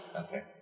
Okay